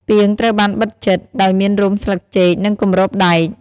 ពាងត្រូវបានបិទជិត ដោយមានរុំស្លឹកចេក និងគម្របដែក។